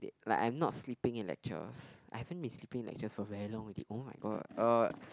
like I'm not sleeping in lectures I haven't been sleeping in lectures for very long already oh-my-god uh